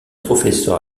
professeur